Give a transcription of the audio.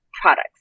products